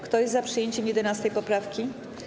Kto jest za przyjęciem 11. poprawki?